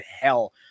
hell